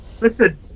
Listen